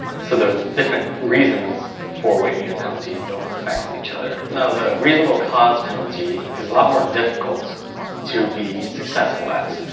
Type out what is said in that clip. so the different reasons for waiving your penalty don't affect each other. now the reasonable cause penalty is a lot more difficult to be successful at.